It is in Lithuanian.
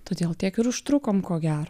todėl tiek ir užtrukom ko gero